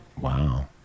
Wow